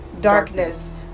Darkness